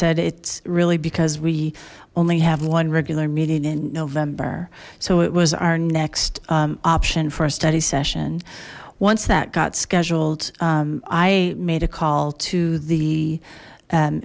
said it's really because we only have one regular meeting in november so it was our next option for a study session once that got scheduled i made a call to the